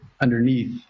underneath